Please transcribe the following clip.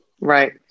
Right